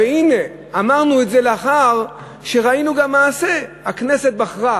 הנה, אמרנו את זה לאחר שראינו גם מעשה, הכנסת בחרה